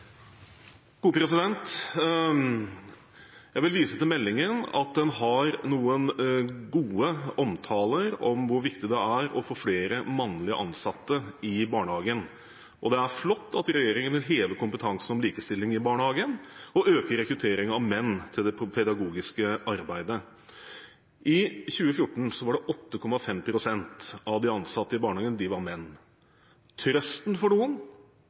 gode omtaler av hvor viktig det er å få flere mannlige ansatte i barnehagen. Det er flott at regjeringen vil heve kompetansen om likestilling i barnehagen og øke rekrutteringen av menn til det pedagogiske arbeidet. I 2014 var 8,5 pst. av de ansatte i barnehagen menn. Trøsten for noen